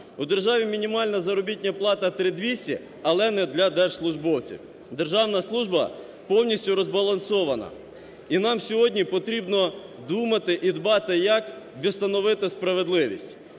У державі мінімальна заробітна плата 3 200, але не для держслужбовців. Державна служба повністю розбалансована. І нам сьогодні потрібно думати і дбати, як відновити справедливість.